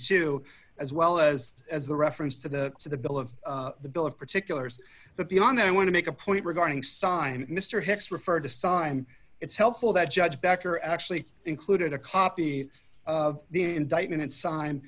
two as well as as the reference to the to the bill of the bill of particulars but beyond that i want to make a point regarding simon mr hicks referred to sign it's helpful that judge becker actually included a copy of the indictment